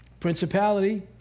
Principality